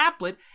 applet